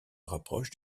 rapproche